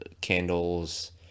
candles